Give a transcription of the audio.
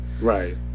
Right